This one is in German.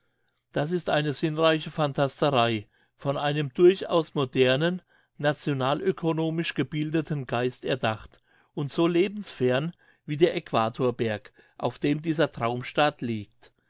das ist eine sinnreiche phantasterei von einem durchaus modernen national ökonomisch gebildeten geist erdacht und so lebensfern wie der aequatorberg auf dem dieser traumstaat liegt